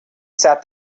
sat